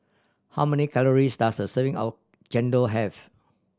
how many calories does a serving of chendol have